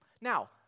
Now